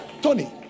Tony